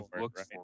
look